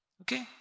Okay